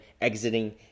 exiting